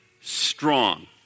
strong